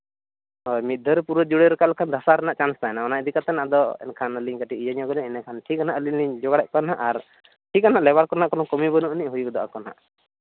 ᱦᱳᱭ ᱢᱤᱫ ᱫᱷᱟᱣ ᱨᱮ ᱯᱩᱨᱟᱹ ᱡᱩᱲᱟᱹᱣ ᱨᱟᱠᱟᱵ ᱞᱮᱱᱠᱷᱟᱱ ᱫᱷᱟᱥᱟᱣ ᱨᱮᱱᱟᱜ ᱪᱟᱱᱥ ᱛᱟᱦᱮᱱᱟ ᱚᱱᱟ ᱤᱫᱤ ᱠᱟᱛᱮᱫ ᱟᱫᱚ ᱮᱱᱠᱷᱟᱱ ᱟᱹᱞᱤᱧ ᱠᱟᱹᱴᱤᱡ ᱤᱭᱟᱹ ᱧᱚᱜ ᱟᱹᱞᱤᱧ ᱮᱸᱰᱮᱠᱷᱟᱱ ᱴᱷᱤᱠ ᱱᱟᱦᱟᱸᱜ ᱟᱹᱞᱤᱧ ᱞᱤᱧ ᱡᱳᱜᱟᱲ ᱮᱜ ᱠᱚᱣᱟ ᱱᱟᱦᱟᱸᱜ ᱟᱨ ᱴᱷᱤᱠ ᱜᱮᱭᱟ ᱦᱟᱸᱜ ᱞᱮᱵᱟᱨ ᱠᱚᱨᱮᱱᱟᱜ ᱠᱳᱱᱳ ᱠᱚᱢᱭᱟᱹ ᱵᱟᱹᱱᱩᱜ ᱟᱹᱱᱤᱡ ᱦᱩᱭ ᱜᱚᱫᱚᱜ ᱟᱠᱚ ᱦᱟᱸᱜ